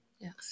Yes